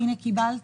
הינה קיבלת,